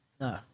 No